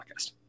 podcast